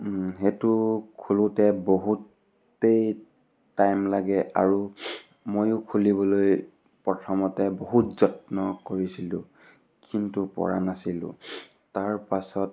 সেইটো খুলোঁতে বহুতেই টাইম লাগে আৰু ময়ো খুলিবলৈ প্ৰথমতে বহুত যত্ন কৰিছিলোঁ কিন্তু পৰা নাছিলোঁ তাৰ পাছত